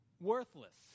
Worthless